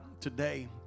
today